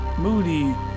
moody